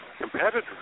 competitors